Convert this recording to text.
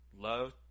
love